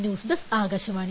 news desk Akashvani